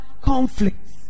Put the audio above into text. conflicts